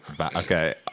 okay